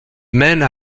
mènent